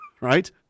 Right